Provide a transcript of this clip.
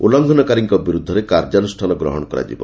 ଉଲ୍ଲ ଘନକାରୀଙ୍କ ବିରୁଦ୍ଧରେ କାର୍ଯ୍ୟାନୁଷ୍ଠାନ ଗ୍ରହଶ କରାଯିବ